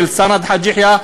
של סנד חאג' יחיא,